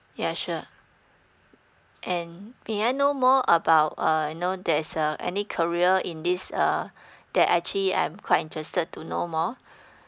yeah sure and may I know more about uh you know there's a any career in this uh that actually I'm quite interested to know more